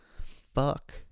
Fuck